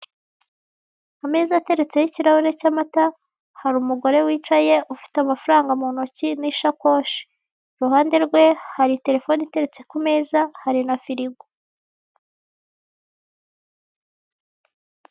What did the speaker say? Ameza ateretseho ikirahure cy'amata, hari umugore wicaye ufite amafaranga muntoki n'isakoshi, iruhande rwe hari telefone iteretse kumeza, hari na firigo.